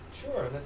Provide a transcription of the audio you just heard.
Sure